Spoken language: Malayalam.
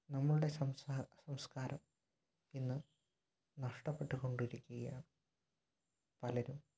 നമ്മളുടെ സംസ്കാരം ഇന്ന് നഷ്ടപ്പെട്ടുകൊണ്ടിരിക്കുകയാണ് പലരും